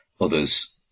Others